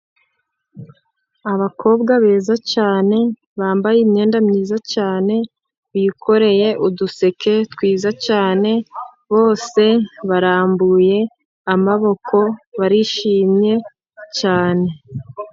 Abakobwa beza cyane, bambaye imyenda myiza cyane, bikoreye uduseke twiza cyane, bose barambuye amaboko, barishimye cyane.